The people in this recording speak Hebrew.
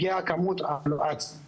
הגיעה כמות אנשים.